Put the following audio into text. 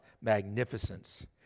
magnificence